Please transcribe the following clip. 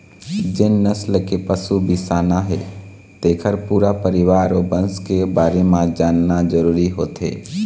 जेन नसल के पशु बिसाना हे तेखर पूरा परिवार अउ बंस के बारे म जानना जरूरी होथे